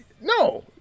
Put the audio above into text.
No